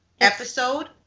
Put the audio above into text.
episode